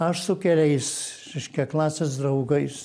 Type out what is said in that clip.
aš su keliais reiškia klasės draugais